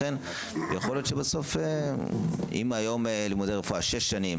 יכול להיות שאם היום לימודי הרפואה הם שש שנים,